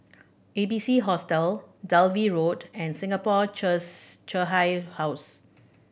A B C Hostel Dalvey Road and Singapore Home